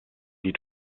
sie